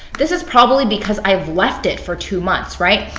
this is probably because i've left it for two months, right?